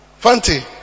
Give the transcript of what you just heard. Fante